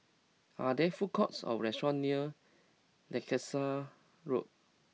are there food courts or restaurants near Leicester Road